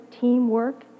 teamwork